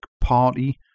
party